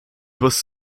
was